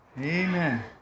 Amen